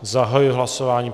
Zahajuji hlasování.